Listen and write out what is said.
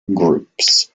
groups